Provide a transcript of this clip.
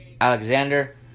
Alexander